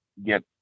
get